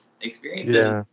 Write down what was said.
experiences